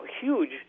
huge